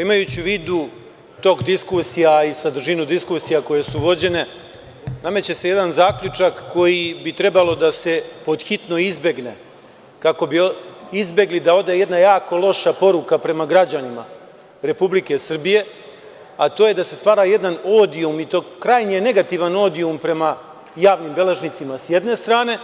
Imajući u vidu tok diskusije, a i sadržinu diskusija koje su vođene, nameće se jedan zaključak koji bi trebalo da se pod hitno izbegne, kako bi izbegli da ode jedna jako loša poruka prema građanima Republike Srbije, a to je da se stvara jedan odijum i to krajnje negativan odijum prema javnim beležnicima sa jedne strane,